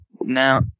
Now